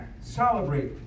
celebrate